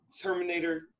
Terminator